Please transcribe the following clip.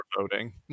voting